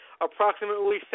Approximately